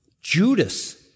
Judas